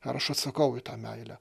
ar aš atsakau į tą meilę